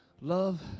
Love